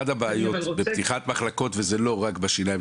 אחת הבעיות בפתיחת מחלקות, וזה לא רק בשיניים.